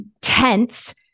tense